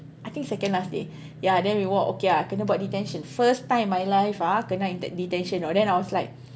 I think second last day ya then we walk okay ah kena buat detention first time in my life ah kena detention know then I was like